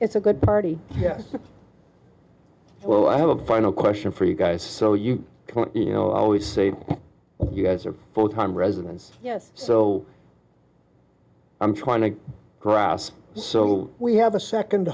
it's a good party yes well i have a final question for you guys so you can you know i always say you guys are full time residents yes so i'm trying to harass so we have a second